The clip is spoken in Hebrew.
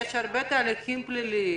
יש הרבה תהליכים פליליים